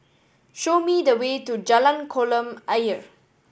show me the way to Jalan Kolam Ayer